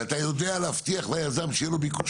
ואתה יודע להבטיח ליזם שיהיה לו ביקוש